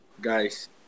Guys